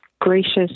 gracious